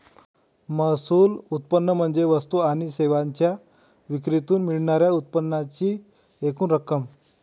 महसूल म्हणजे वस्तू आणि सेवांच्या विक्रीतून मिळणार्या उत्पन्नाची एकूण रक्कम